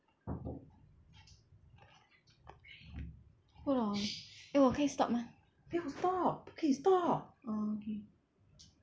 hold on eh 我可以 stop 吗不要 stop 不可以 stop orh okay